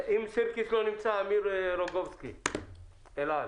אם סירקיס לא נמצא, אמיר רוגובסקי, אל על.